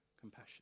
compassion